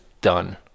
done